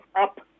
up